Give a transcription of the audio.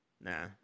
Nah